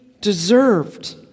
deserved